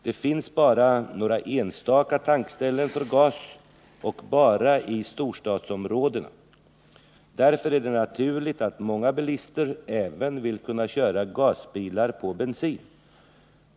Det finns bara några enstaka tankställen för gas och det bara i storstadsområdena. Därför är det naturligt att många bilister även vill kunna köra gasbilar på bensin.